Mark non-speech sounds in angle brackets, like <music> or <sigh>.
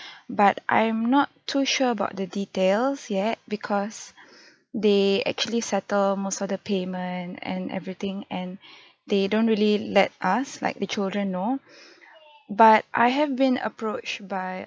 <breath> but I am not too sure about the details yet because <breath> they actually settle most of the payment and everything and <breath> they don't really let us like the children know <breath> but I have been approached by